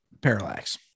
Parallax